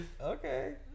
okay